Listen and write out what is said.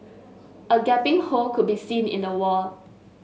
a gaping hole could be seen in the wall